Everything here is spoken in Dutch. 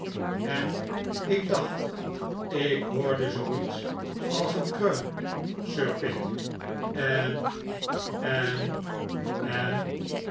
en ik dacht ik hoorde zooiets van een kreun sir pitt en en en